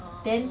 then